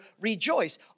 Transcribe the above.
rejoice